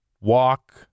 Walk